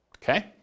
Okay